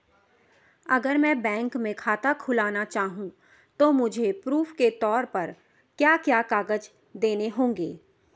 अगर मैं बैंक में खाता खुलाना चाहूं तो मुझे प्रूफ़ के तौर पर क्या क्या कागज़ देने होंगे?